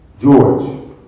George